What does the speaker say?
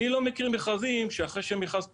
אני לא מכיר מכרזים שאחרי שמכרז פורסם,